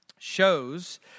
shows